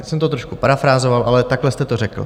Jsem to trošku parafrázoval, ale takhle jste to řekl.